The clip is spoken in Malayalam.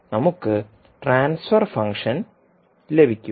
അങ്ങനെ നമുക്ക് ട്രാൻസ്ഫർ ഫംഗ്ഷൻ ലഭിക്കും